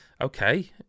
okay